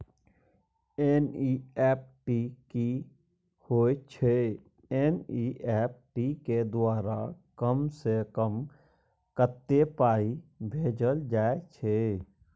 NEFT की होय छै एन.ई.एफ.टी के द्वारा कम से कम कत्ते पाई भेजल जाय छै?